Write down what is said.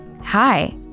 hi